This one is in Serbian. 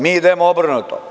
Mi idemo obrnuto.